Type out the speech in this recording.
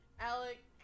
Alec